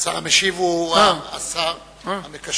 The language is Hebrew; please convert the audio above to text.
השר המשיב הוא השר המקשר.